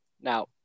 Now